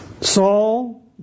Saul